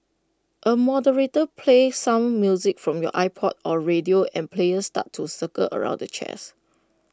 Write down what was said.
A moderator plays some music from your iPod or radio and players start to circle around the chairs